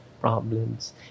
problems